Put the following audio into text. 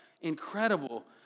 Incredible